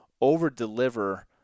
over-deliver